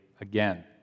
again